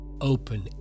open